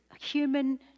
human